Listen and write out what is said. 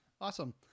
Awesome